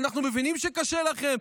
אנחנו מבינים שקשה לכם,